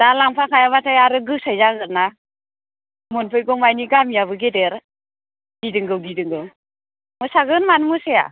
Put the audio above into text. दा लांफा खायाबाथाय आरो गोसाय जागोन्ना मोनफैगौमानि गामियाबो गेदेर गिदिंगौ गिदिंगौ मोसागोन मानो मोसाया